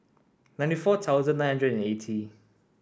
ninety four thousand nine hundred and eighty